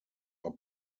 are